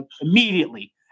immediately